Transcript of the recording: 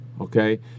okay